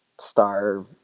star